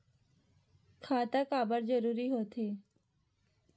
खाता काबर जरूरी हो थे?